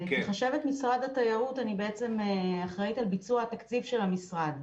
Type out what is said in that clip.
כחשבת משרד התיירות אני בעצם אחראית על ביצוע התקציב של המשרד.